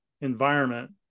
environment